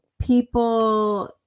people